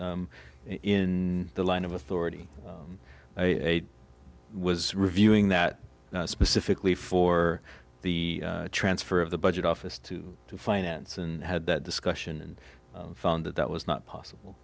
source in the line of authority i was reviewing that specifically for the transfer of the budget office to finance and had that discussion and found that that was not possible